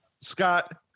Scott